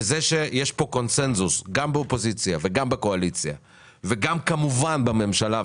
זה שיש פה קונצנזוס גם באופוזיציה וגם בקואליציה וגם כמובן בממשלה,